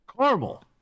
Caramel